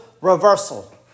reversal